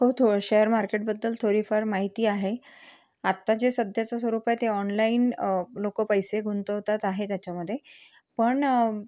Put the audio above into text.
हो तो शेअर मार्केटबद्दल थोडीफार माहिती आहे आता जे सध्याचं स्वरूप आहे ते ऑनलाइन लोकं पैसे गुंतवतात आहे त्याच्यामध्ये पण